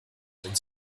ins